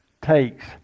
takes